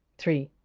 three.